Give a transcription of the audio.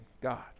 God